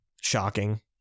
shocking